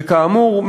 וכאמור,